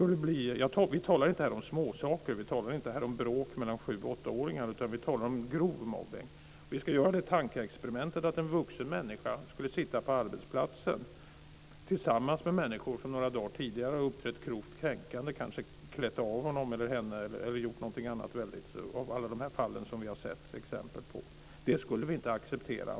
Vi talar inte om småsaker. Vi talar inte om bråk mellan 7 och 8-åringar, utan vi talar om grov mobbning. Jag tycker att vi ska göra det tankeexperimentet att vi tänker oss att en vuxen människa skulle sitta på sin arbetsplats tillsammans med människor som några dagar tidigare har uppträtt grovt kränkande och kanske klätt av honom eller henne eller gjort något annat av det som har skett i de fall vi har sett. De skulle vi inte acceptera.